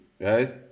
Right